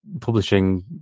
publishing